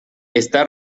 está